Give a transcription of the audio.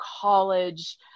college